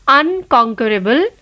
unconquerable